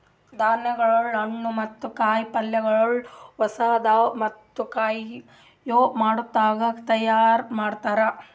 ಧಾನ್ಯಗೊಳ್, ಹಣ್ಣು ಮತ್ತ ಕಾಯಿ ಪಲ್ಯಗೊಳ್ ಹೊಸಾದು ಮತ್ತ ಕೊಯ್ಲು ಮಾಡದಾಗ್ ತೈಯಾರ್ ಮಾಡ್ತಾರ್